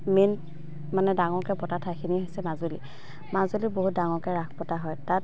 main মানে ডাঙৰকৈ পতা ঠাইখিনি হৈছে মাজুলী মাজুলী বহুত ডাঙৰকৈ ৰাস পতা হয় তাত